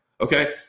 Okay